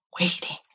waiting